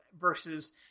versus